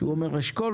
כשהוא אומר אשכול,